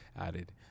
added